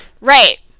Right